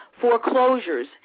foreclosures